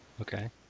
Okay